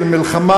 של מלחמה,